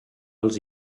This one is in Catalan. els